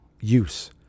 use